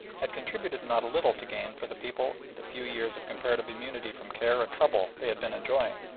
had contributed not a little to gain for the people the few years of comparative immunity from care and trouble they had been enjoying.